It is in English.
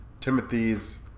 Timothy's